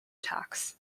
tax